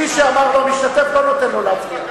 מי שאמר "לא משתתף", לא נותן לו להצביע.